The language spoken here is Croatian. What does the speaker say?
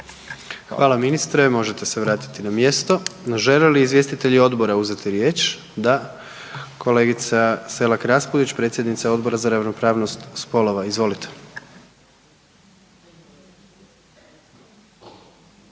Hvala ministre, možete se vratiti na mjesto. Žele li izvjestitelji odbora uzeti riječ? Da. Kolegica Selar Raspudić, predsjednica Odbora za ravnopravnost spolova. Izvolite.